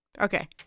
Okay